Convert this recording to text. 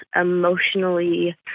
emotionally